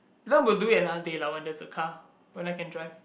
then we'll do it another day lah when there's a car when I can drive